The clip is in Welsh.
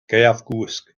gaeafgwsg